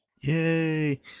Yay